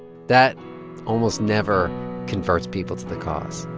that almost never converts people to the cause